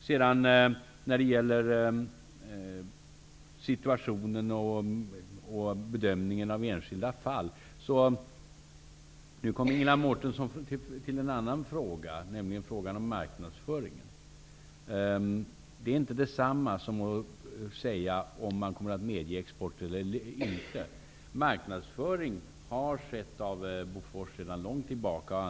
När det gäller situationen och bedömningen av enskilda fall tog Ingela Mårtensson upp en annan fråga, nämligen frågan om marknadsföringen. Det är inte detsamma som export. Bofors och andra företag har idkat marknadsföring i Indonesien sedan lång tid tillbaka.